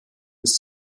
des